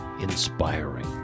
Inspiring